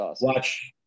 Watch